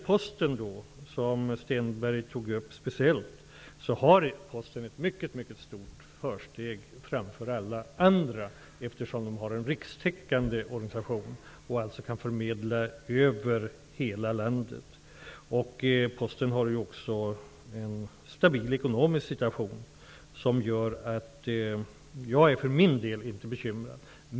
Posten, som Hans Stenberg tog upp som ett speciellt fall, har ett mycket mycket stort försteg framför alla andra, eftersom man har en rikstäckande organisation och alltså kan förmedla över hela landet. Posten har ju också en stabil ekonomisk situation, och jag är därför för min del inte bekymrad.